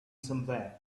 somewhere